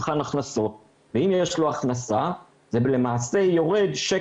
וכך למשל במקרה שהעברתם אלינו חודשה